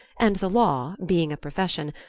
and the law, being a profession,